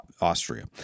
Austria